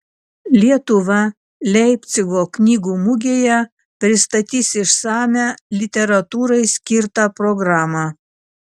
lietuva leipcigo knygų mugėje pristatys išsamią literatūrai skirtą programą